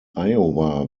iowa